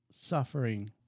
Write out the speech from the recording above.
suffering